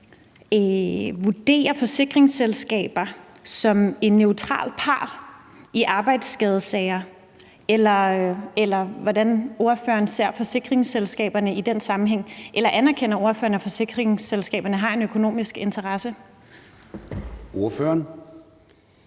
vurdere forsikringsselskaber til at være en neutral part i arbejdsskadesager, og hvordan ordføreren ser forsikringsselskaberne i den sammenhæng – eller anerkender ordføreren, at forsikringsselskaberne har en økonomisk interesse? Kl.